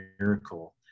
miracle